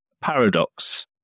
paradox